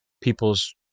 people's